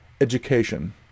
education